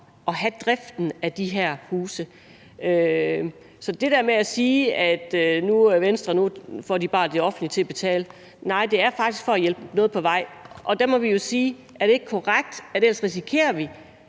og have driften af de her huse. Så til det der med, at nu får Venstre bare det offentlige til at betale, vil jeg sige, at det faktisk er for at hjælpe noget på vej. Og der må vi jo spørge, om ikke det er korrekt, at vi ellers risikerer,